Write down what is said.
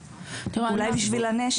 אולי בשביל הנשף.